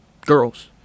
girls